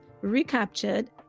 recaptured